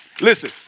Listen